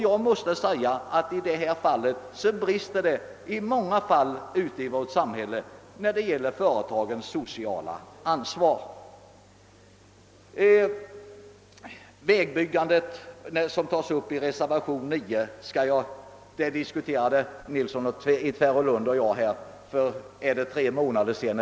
Dess värre brister det, som sagt, i många fall ute i vårt samhälle när det gäller företagens sociala ansvar. Vägbyggandet — som tas upp i reservationen 9 — diskuterade herr Nilsson i Tvärålund och jag för omkring tre månader sedan.